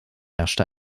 herrscht